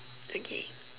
okay